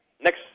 next